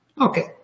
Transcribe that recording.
Okay